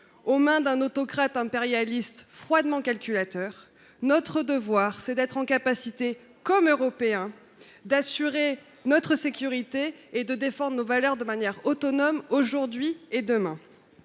aux mains d’un autocrate impérialiste froidement calculateur, notre devoir est d’être en mesure, en tant qu’Européens, d’assurer notre sécurité et de défendre nos valeurs de manière autonome aujourd’hui et demain.